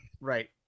Right